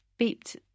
beeped